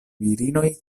virinoj